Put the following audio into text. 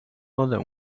other